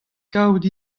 kaout